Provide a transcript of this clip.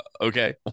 okay